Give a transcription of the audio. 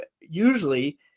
usually